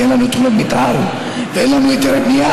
כי אין לנו תוכניות מתאר ואין לנו היתרי בנייה,